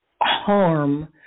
harm